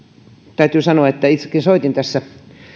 täytyy sanoa kun itsekin soitin tässä